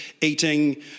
eating